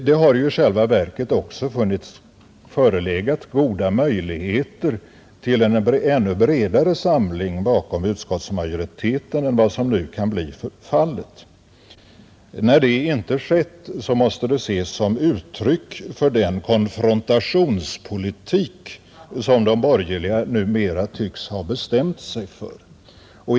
Det har i själva verket också förelegat goda möjligheter till en ännu bredare samling bakom utskottsmajoriteten än vad som nu kan bli fallet. När det inte skett, måste det ses som uttryck för den konfrontationspolitik som de borgerliga numera tycks ha bestämt sig för.